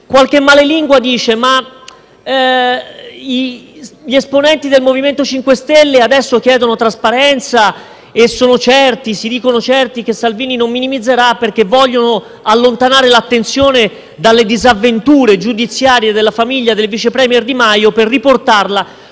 Qualche malalingua dice che gli esponenti del MoVimento 5 Stelle adesso chiedono trasparenza e si dicono certi che Salvini non minimizzerà perché voglio allontanare l'attenzione dalle disavventure giudiziarie della famiglia del vice *premier* Di Maio per riportarla